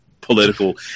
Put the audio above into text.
political